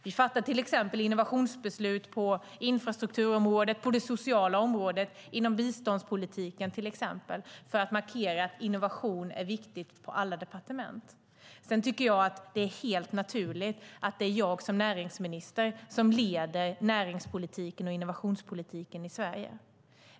Vi fattar till exempel innovationsbeslut på infrastrukturområdet, på det sociala området och inom biståndspolitiken för att markera att innovation är viktigt på alla departement. Sedan tycker jag att det är helt naturligt att det är jag som näringsminister som leder näringspolitiken och innovationspolitiken i Sverige.